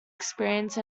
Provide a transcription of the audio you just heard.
experience